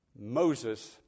Moses